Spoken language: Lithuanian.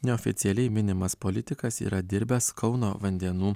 neoficialiai minimas politikas yra dirbęs kauno vandenų